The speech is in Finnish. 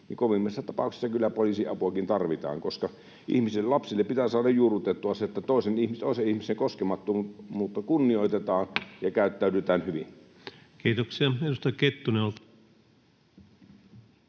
niin kovimmissa tapauksissa kyllä poliisinkin apua tarvitaan, koska ihmisille, lapsille, pitää saada juurrutettua se, että toisen ihmisen koskemattomuutta kunnioitetaan ja